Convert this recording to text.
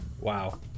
Wow